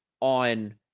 on